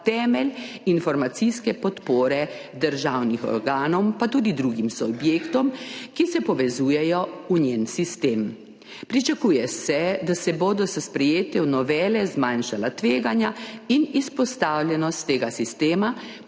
informacijske podpore državnim organom, pa tudi drugim subjektom, ki se povezujejo v njen sistem. Pričakuje se, da se bodo s sprejetjem novele zmanjšala tveganja in izpostavljenost tega sistema